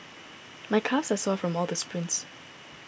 my calves are sore from all the sprints